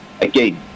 again